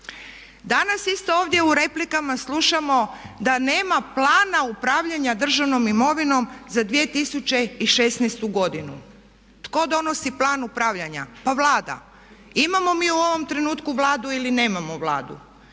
Danas isto ovdje u replikama slušamo da nema Plana upravljanja državnom imovinom za 2016. godinu. Tko donosi plan upravljanja? Pa Vlada. Imamo mi u ovom trenutku Vladu ili nemamo Vladu?